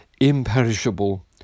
imperishable